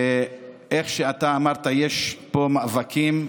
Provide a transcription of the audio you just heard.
ואיך שאתה אמרת, יש פה מאבקים.